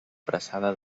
abraçada